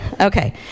okay